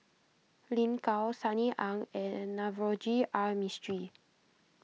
Lin Gao Sunny Ang and Navroji R Mistri